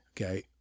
Okay